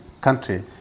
country